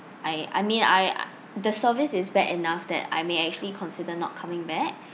I I mean I the service is bad enough that I may actually consider not coming back